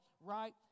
right